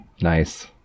nice